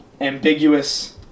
ambiguous